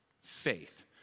faith